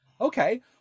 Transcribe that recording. okay